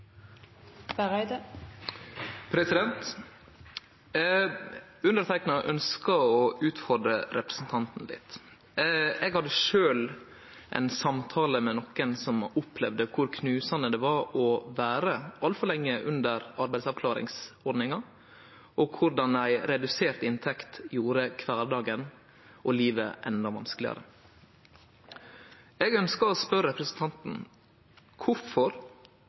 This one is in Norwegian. Eg hadde sjølv ein samtale med nokon som opplevde kor knusande det var å vere altfor lenge under arbeidsavklaringsordninga, og korleis ei redusert inntekt gjorde kvardagen og livet enda vanskelegare. Eg ønskjer å spørje representanten